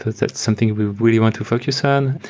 that's something we really want to focus on.